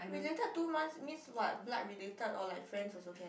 related two months means what blood related or like friends also can